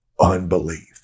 unbelief